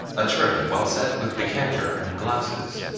a tray well set with decanter and glasses.